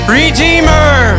redeemer